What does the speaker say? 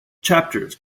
chapters